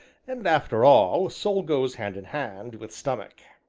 and, after all, soul goes hand in hand with stomach.